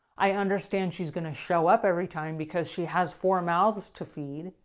i understand she's going to show up every time because she has four mouths to feed.